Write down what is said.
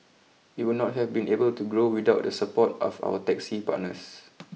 we would not have been able to grow without the support of our taxi partners